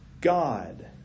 God